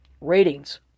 ratings